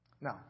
Now